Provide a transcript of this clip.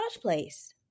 place